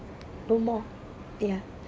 no more ya